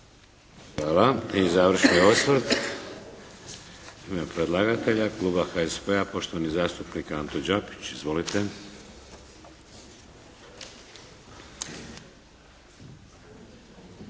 Hvala. I završni osvrt, u ime predlagatelja kluba HSP-a, poštovani zastupnik Anto Đapić. Izvolite.